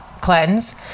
Cleanse